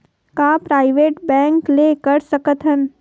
का private bank ले कर सकत हन?